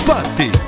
Party